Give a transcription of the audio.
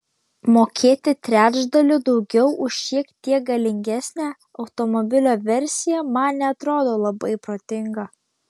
mokėti trečdaliu daugiau už šiek tiek galingesnę automobilio versiją man neatrodo labai protinga